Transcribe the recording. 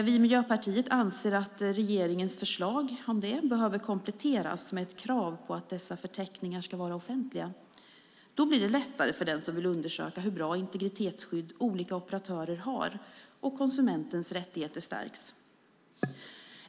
Vi i Miljöpartiet anser att regeringens förslag om detta behöver kompletteras med ett krav på att dessa förteckningar ska vara offentliga. Då blir det lättare för den som vill undersöka hur bra integritetsskydd olika operatörer har, och konsumentens rättigheter stärks.